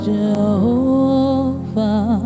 Jehovah